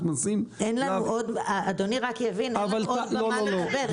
אנחנו מנסים --- אדוני רק יבין: אין לנו עוד במה לדבר,